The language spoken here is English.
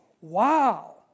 wow